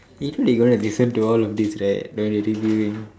later they're going to listen to all of this right then we'll be leaving